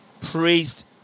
praised